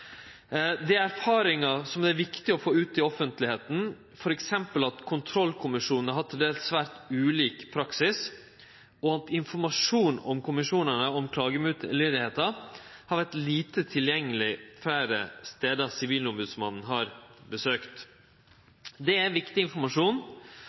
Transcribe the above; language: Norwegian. erfaringar som det er viktig å få ut i offentlegheita, f.eks. at kontrollkommisjonane har til dels svært ulik praksis, og at informasjon om kontrollkommisjonane og om klagemoglegheiter har vore lite tilgjengeleg fleire stader Sivilombodsmannen har